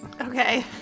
Okay